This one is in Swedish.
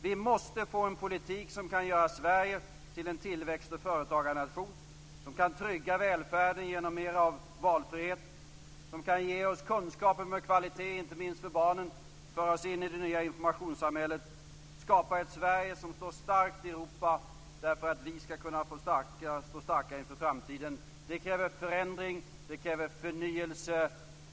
Vi måste få en politik som kan göra Sverige till en tillväxt och företagarnation, som kan trygga välfärden genom mer av valfrihet, som kan ge oss kunskaper med kvalitet, inte minst för barnen, och föra oss in i det nya informationssamhället, som skapar ett Sverige som står starkt i Europa därför att vi skall kunna stå starka inför framtiden. Det kräver förändring, det kräver förnyelse.